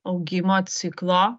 augimo ciklo